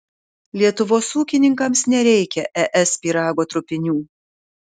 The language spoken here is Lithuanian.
lietuvos ūkininkams nereikia es pyrago trupinių